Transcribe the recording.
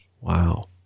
Wow